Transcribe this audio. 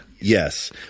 Yes